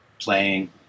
playing